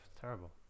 Terrible